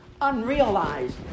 unrealized